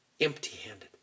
empty-handed